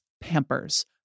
Pampers